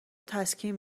تسکین